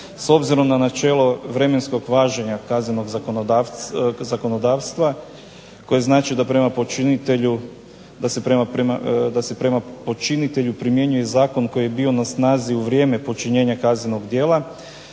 S obzirom na načelo vremenskog važenja kaznenog zakonodavstva koje znači da se prema počinitelju primjenjuje zakon koji je bio na snazi u vrijeme počinjenja kaznenog djela,